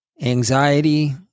Anxiety